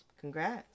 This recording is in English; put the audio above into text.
Congrats